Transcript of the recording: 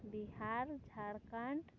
Bihar Jharkhand